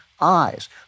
eyes